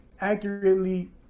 accurately